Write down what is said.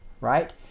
Right